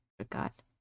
Forgot